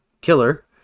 killer